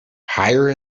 higher